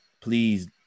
please